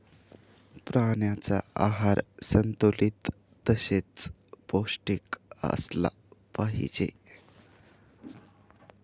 प्राण्यांचा आहार संतुलित तसेच पौष्टिक असला पाहिजे